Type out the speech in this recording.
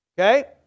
Okay